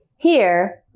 here,